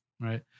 Right